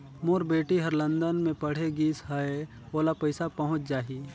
मोर बेटी हर लंदन मे पढ़े गिस हय, ओला पइसा पहुंच जाहि?